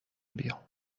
بیام